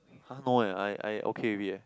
!huh! no eh I I okay with it eh